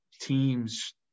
team's